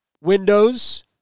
Windows